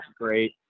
great